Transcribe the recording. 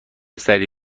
سری